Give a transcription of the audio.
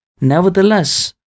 Nevertheless